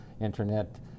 internet